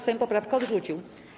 Sejm poprawkę odrzucił.